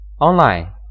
online